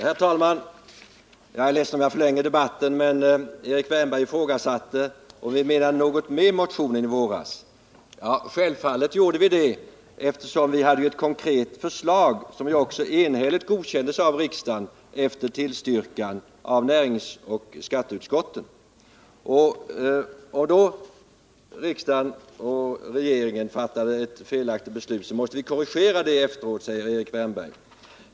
Herr talman! Jag är ledsen om jag förlänger debatten, men Erik Wärnberg ifrågasatte om vi menade något med motionen i våras. Ja, självfallet gjorde vi det, eftersom vi hade ett konkret förslag, som också enhälligt godkändes av riksdagen efter tillstyrkan av näringsoch skatteutskotten. Då riksdagen och regeringen fattade ett felaktigt beslut måste vi korrigera det efteråt, säger Erik Wärnberg.